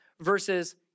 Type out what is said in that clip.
versus